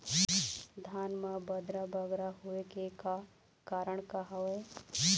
धान म बदरा बगरा होय के का कारण का हवए?